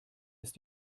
ist